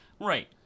Right